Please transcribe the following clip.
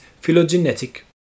phylogenetic